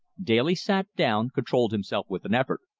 daly sat down, controlled himself with an effort,